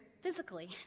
physically